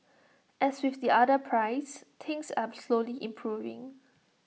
as with the other pries things are slowly improving